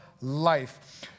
life